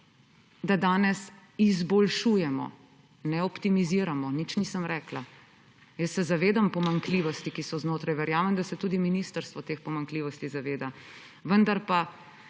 da danes izboljšujemo, ne optimiziramo, nič nisem rekla, jaz se zavedam pomanjkljivosti, ki so znotraj, verjamem, da se tudi ministrstvo teh pomanjkljivosti zaveda. Vendar pa